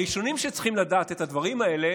הראשונים שצריכים לדעת את הדברים האלה